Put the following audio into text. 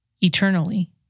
eternally